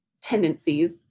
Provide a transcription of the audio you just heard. tendencies